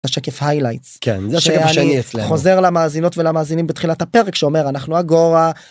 השקף Highlights שאני חוזר למאזינות ולמאזינים בתחילת הפרק שאומר אנחנו אגורה.